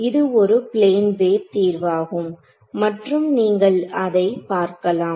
இது ஒரு plane wave தீர்வாகும் மற்றும் நீங்கள் அதை பார்க்கலாம்